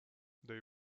they